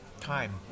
Time